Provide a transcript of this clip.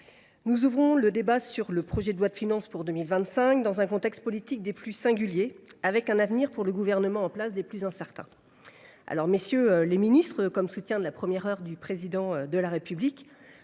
nous ouvrons le débat sur le projet de loi de finances pour 2025 dans un contexte politique des plus singuliers, et alors que l’avenir du gouvernement en place est des plus incertains. Messieurs les ministres, vous qui êtes des soutiens de la première heure du Président de la République,